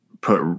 put